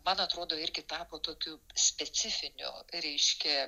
man atrodo irgi tapo tokiu specifiniu reiškia